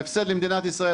ההפסד למדינת ישראל,